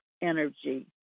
energy